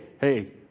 hey